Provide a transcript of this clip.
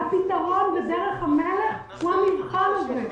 והפתרון ודרך המלך הוא המבחן הזה.